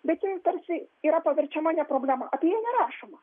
bet tarsi yra paverčiama ne problema apie ją nerašoma